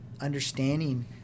understanding